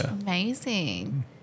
amazing